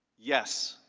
yes.